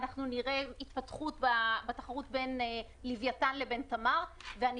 אנחנו נראה התפתחות בין לווייתן לבין תמר ואני